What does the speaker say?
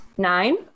nine